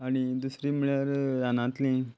आनी दुसरी म्हणल्यार रानांतलीं